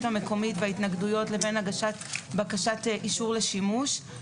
המקומית וההתנגדויות לבין הגשת בקשת אישור לשימוש.